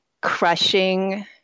crushing